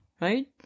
Right